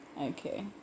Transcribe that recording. Okay